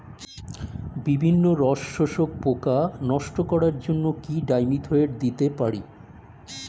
বিভিন্ন রস শোষক পোকা নষ্ট করার জন্য কি ডাইমিথোয়েট দিতে পারি?